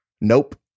Nope